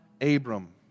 Abram